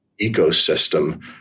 ecosystem